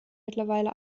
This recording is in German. mittlerweile